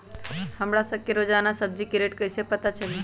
हमरा सब के रोजान सब्जी के रेट कईसे पता चली?